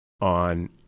on